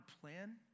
plan